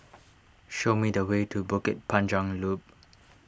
show me the way to Bukit Panjang Loop